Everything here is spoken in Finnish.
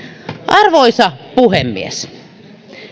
arvoisa puhemies